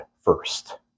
first